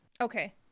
Okay